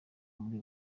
muri